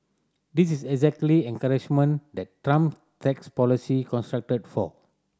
this is exactly encouragement that Trump tax policy constructed for